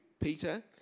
Peter